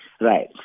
right